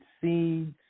seeds